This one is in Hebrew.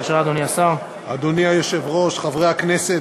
התשע"ד 2014. ימסור את ההודעה השר יואב גלנט.